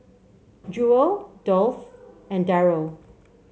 Jewel Dolph and Darold